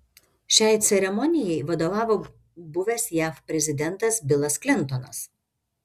šiai ceremonijai vadovavo buvęs jav prezidentas bilas klintonas